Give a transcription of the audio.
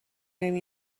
نمی